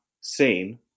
seen